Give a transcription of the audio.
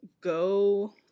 go